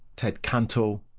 ted cantle,